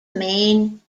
main